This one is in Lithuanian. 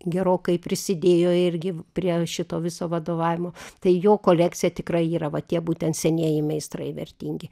gerokai prisidėjo irgi prie šito viso vadovavimo tai jo kolekcija tikrai yra va tie būtent senieji meistrai vertingi